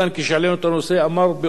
אמר באופן המפורש ביותר,